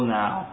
now